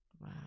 Wow